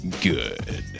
good